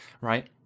right